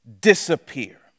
disappear